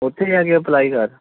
ਉੱਥੇ ਜਾ ਕੇ ਉੱਥੇ ਜਾ ਕੇ ਅਪਲਾਈ ਕਰ